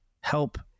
help